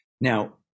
Now